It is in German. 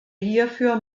hierfür